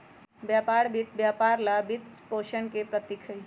व्यापार वित्त व्यापार ला वित्तपोषण के प्रतीक हई,